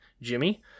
Jimmy